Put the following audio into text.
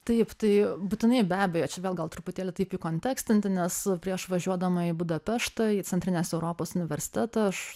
taip tai būtinai be abejo čia vėl gal truputėlį taip įkontekstinti nes prieš važiuodama į budapeštą į centrinės europos universitetą aš